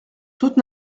toute